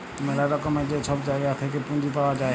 ম্যালা রকমের যে ছব জায়গা থ্যাইকে পুঁজি পাউয়া যায়